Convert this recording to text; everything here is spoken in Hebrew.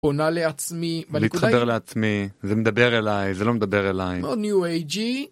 עונה לעצמי, להתחבר לעצמי זה מדבר אליי זה לא מדבר אליי, מאד ניו אייג'י